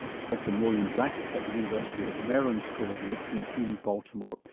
professor maureen black is at the university of maryland, school of medicine in baltimore.